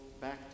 back